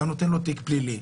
אתה נותן לו תיק פלילי,